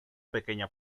pequeña